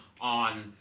on